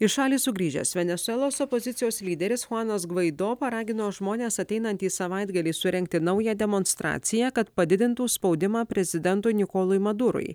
į šalį sugrįžęs venesuelos opozicijos lyderis chuanas gvaido paragino žmones ateinantį savaitgalį surengti naują demonstraciją kad padidintų spaudimą prezidentui nikolui madurui